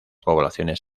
poblaciones